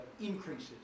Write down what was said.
increases